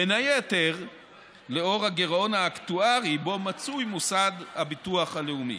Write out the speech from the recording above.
בין היתר לנוכח הגירעון האקטוארי שבו מצוי מוסד הביטוח הלאומי.